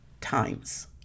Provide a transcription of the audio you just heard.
times